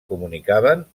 comunicaven